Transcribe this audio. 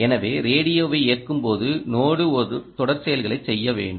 எனவே ரேடியோவை இயக்கும் போது நோடு ஒரு தொடர் செயல்களைச் செய்ய வேண்டும்